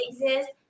exist